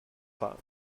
pas